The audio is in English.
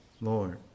Lord